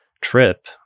trip